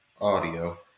audio